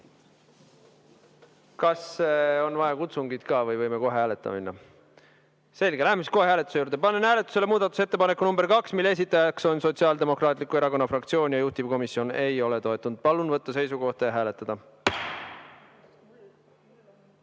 Kas on vaja kutsungit ka või võime kohe hääletama minna? Selge, läheme siis kohe hääletuse juurde. Panen hääletusele muudatusettepaneku nr 2, mille esitajaks on Sotsiaaldemokraatliku Erakonna fraktsioon ja mida juhtivkomisjon ei ole toetanud. Palun võtta seisukoht ja